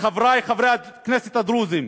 לחברי חברי הכנסת הדרוזים: